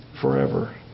forever